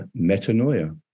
metanoia